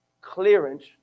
clearance